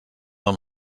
han